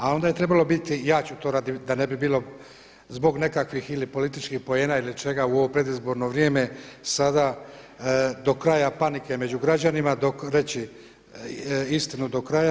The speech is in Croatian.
A onda je trebalo biti i ja ću to radi, da ne bi bilo zbog nekakvih ili političkih poena ili čega u ovo predizborno vrijeme sada do kraja panike među građanima reći istinu do kraja.